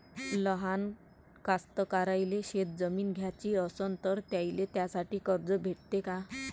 लहान कास्तकाराइले शेतजमीन घ्याची असन तर त्याईले त्यासाठी कर्ज भेटते का?